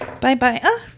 Bye-bye